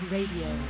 Radio